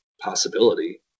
possibility